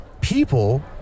people